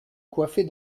coiffée